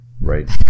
Right